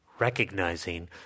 recognizing